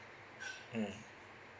mm